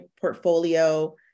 portfolio